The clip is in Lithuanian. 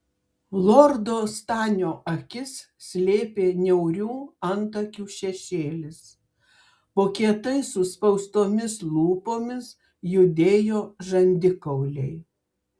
lordo stanio akis slėpė niaurių antakių šešėlis po kietai suspaustomis lūpomis judėjo žandikauliai